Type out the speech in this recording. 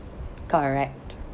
correct